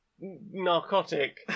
narcotic